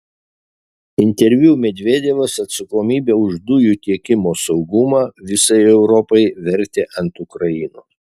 interviu medvedevas atsakomybę už dujų tiekimo saugumą visai europai vertė ant ukrainos